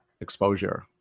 exposure